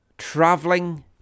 traveling